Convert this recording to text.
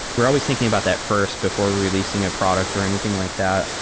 we're always thinking about that first before releasing a product or anything like that.